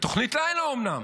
בתוכנית לילה אומנם,